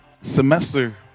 semester